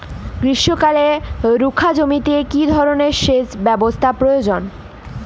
গ্রীষ্মকালে রুখা জমিতে কি ধরনের সেচ ব্যবস্থা প্রয়োজন?